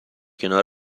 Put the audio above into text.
کنار